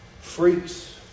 freaks